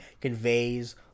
conveys